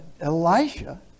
Elisha